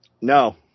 No